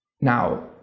now